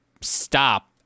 stop